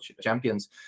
champions